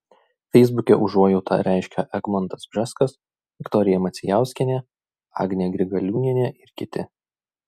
feisbuke užuojautą reiškia egmontas bžeskas viktorija macijauskienė agnė grigaliūnienė ir kiti